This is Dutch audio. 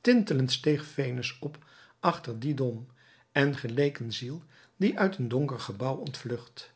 tintelend steeg venus op achter dien dom en geleek een ziel die uit een donker gebouw ontvlucht